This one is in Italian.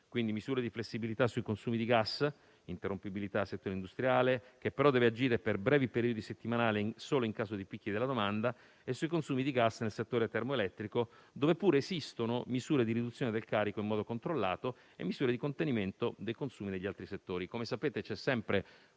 quindi misure di flessibilità sui consumi di gas (come l'interrompibilità del settore industriale, che però deve agire per brevi periodi settimanali, solo in caso di picchi della domanda), anche nel settore termoelettrico (dove pure esistono misure di riduzione del carico in modo controllato), e misure di contenimento dei consumi negli altri settori.